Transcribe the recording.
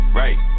right